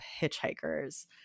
hitchhikers